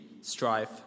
strife